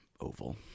oval